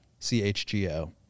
chgo